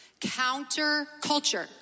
Counterculture